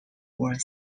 were